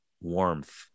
warmth